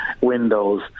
windows